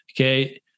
Okay